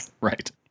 Right